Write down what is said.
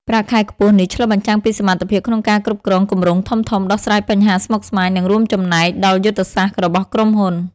ប្រាក់ខែខ្ពស់នេះឆ្លុះបញ្ចាំងពីសមត្ថភាពក្នុងការគ្រប់គ្រងគម្រោងធំៗ ដោះស្រាយបញ្ហាស្មុគស្មាញ និងរួមចំណែកដល់យុទ្ធសាស្ត្ររបស់ក្រុមហ៊ុន។